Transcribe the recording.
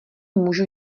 můžu